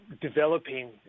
developing